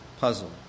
puzzle